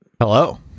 Hello